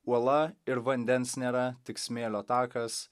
uola ir vandens nėra tik smėlio takas